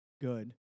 good